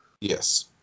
Yes